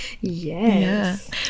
Yes